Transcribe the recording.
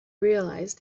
realise